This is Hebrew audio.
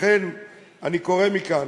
לכן אני קורא מכאן